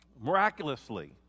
miraculously